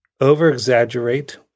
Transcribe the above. over-exaggerate